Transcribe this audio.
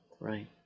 Right